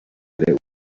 greus